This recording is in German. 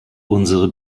unsere